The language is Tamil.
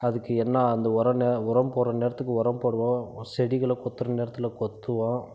அதுக்கு என்ன அந்த உரன்னே உரம் போடுகிற நேரத்துக்கு உரம் போடுவோம் செடிகளை கொத்துகிற நேரத்தில் கொத்துவோம்